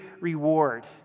reward